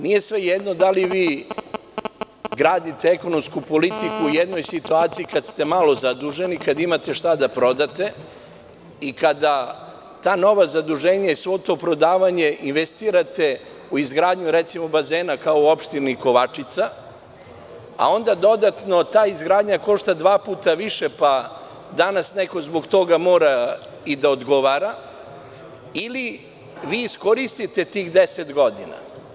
Nije svejedno da li vi gradite ekonomsku politiku u jednoj situaciji kada ste malo zaduženi, kada imate šta da prodate, i kada ta nova zaduženja, svo to prodavanje investirate u izgradnju, recimo, bazena u opštini Kovačica, a onda dodatno ta izgradnja košta dva puta više, pa danas neko zbog toga mora da odgovara ili vi iskoristite tih 10 godina…